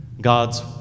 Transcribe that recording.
God's